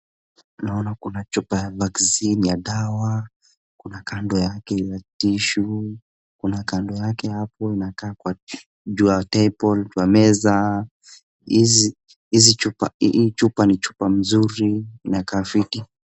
Naona kuna chupa ya vaccine ya dawa, kuna kando yake tissue , kuna kando yake hapo inakaa kwa juu ya table , kwa meza hizi hizi chupa hii chupa ni chupa mzuri inakaa fiti .